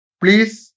please